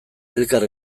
elkar